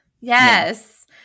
Yes